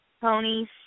ponies